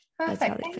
Perfect